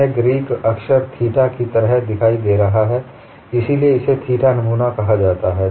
यह ग्रीक अक्षर थीटा की तरह दिखाई दे रहा है इसलिए इसे थीटा नमूना कहा जाता है